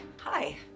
Hi